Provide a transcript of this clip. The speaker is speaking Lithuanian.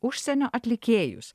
užsienio atlikėjus